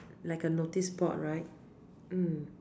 like a notice board right mm